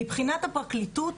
מבחינת הפרקליטות,